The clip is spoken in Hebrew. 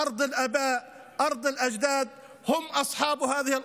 אדמת אבותיהם ואדמת סביהם,